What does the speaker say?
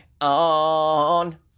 on